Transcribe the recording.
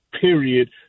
period